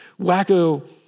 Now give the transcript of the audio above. wacko